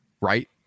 right